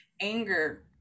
anger